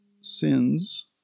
sins